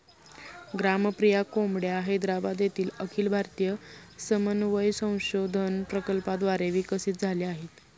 ग्रामप्रिया कोंबड्या हैदराबाद येथील अखिल भारतीय समन्वय संशोधन प्रकल्पाद्वारे विकसित झाल्या आहेत